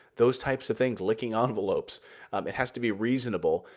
those types of things licking envelopes it has to be reasonable,